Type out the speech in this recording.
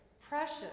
precious